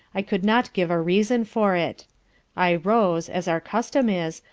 i could not give a reason for it i rose, as our custom is,